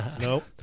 Nope